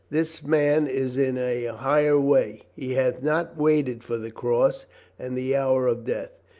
this man is in a higher way. he hath not waited for the cross and the hour of death.